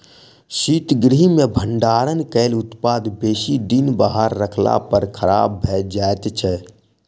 शीतगृह मे भंडारण कयल उत्पाद बेसी दिन बाहर रखला पर खराब भ जाइत छै